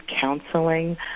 counseling